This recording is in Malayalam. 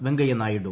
വെങ്കയ്യ നായിഡു